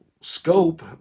scope